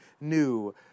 new